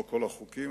לא כל החוקים,